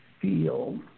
feel